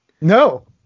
no